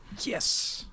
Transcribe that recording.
Yes